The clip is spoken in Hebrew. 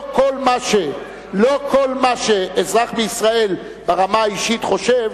לא כל מה שאזרח בישראל, ברמה האישית, חושב,